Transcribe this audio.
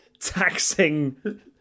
taxing